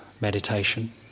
meditation